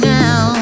now